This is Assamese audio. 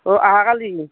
অঁ আহাকালি